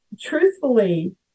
Truthfully